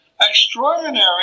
extraordinary